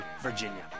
Virginia